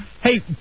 Hey